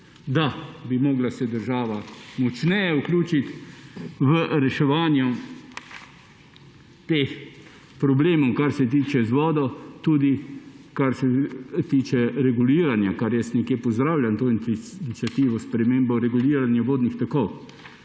da bi se morala država močneje vključiti v reševanje teh problemov, kar se tiče vode, tudi kar se tiče reguliranja, jaz nekje pozdravljam to iniciativo, spremembo reguliranja vodnih tokov.